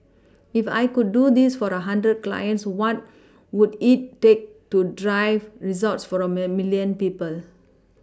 if I could do this for a hundred clients what would it take to drive results for a milLion people